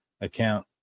account